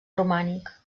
romànic